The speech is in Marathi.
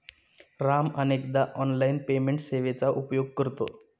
राम अनेकदा ऑनलाइन पेमेंट सेवेचा उपयोग करतो